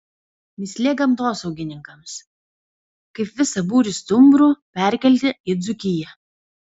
mįslė gamtosaugininkams kaip visą būrį stumbrų perkelti į dzūkiją